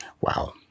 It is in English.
Wow